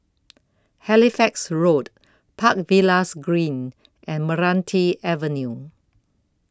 Halifax Road Park Villas Green and Meranti Avenue